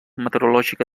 meteorològica